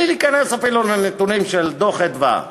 בלי להיכנס אפילו לנתונים של דוח "מרכז אדוה",